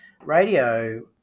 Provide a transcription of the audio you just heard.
Radio